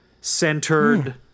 Centered